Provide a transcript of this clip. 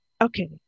okay